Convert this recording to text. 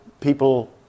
people